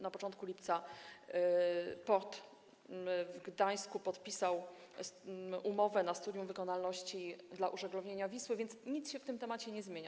Na początku lipca POT w Gdańsku podpisał umowę dotyczącą studium wykonalności dla użeglownienia Wisły, więc nic się w tym temacie nie zmienia.